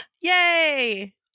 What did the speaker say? Yay